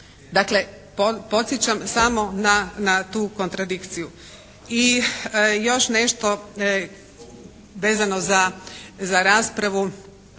Dakle podsjećam samo na tu kontradikciju. I još nešto vezano za raspravu